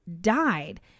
died